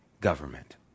government